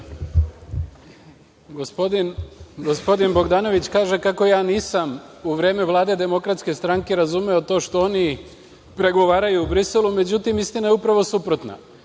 Gospodin Bogdanović kaže kako ja nisam u vreme vlade DS razumeo to što oni pregovaraju u Briselu. Međutim, istina je upravo suprotna.